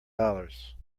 dollars